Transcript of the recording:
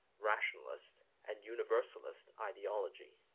rationalist, and universalist ideology.